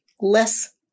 less